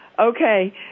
Okay